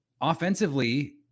offensively